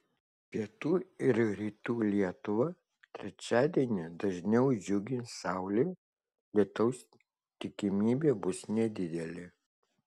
pietų ir rytų lietuvą trečiadienį dažniau džiugins saulė lietaus tikimybė bus nedidelė